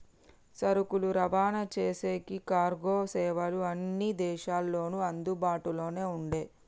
సరుకులు రవాణా చేసేకి కార్గో సేవలు అన్ని దేశాల్లోనూ అందుబాటులోనే ఉండే